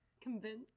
convinced